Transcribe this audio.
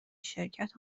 شرکت